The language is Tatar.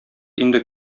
инде